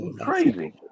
Crazy